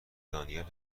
دانیل